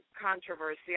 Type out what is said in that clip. controversy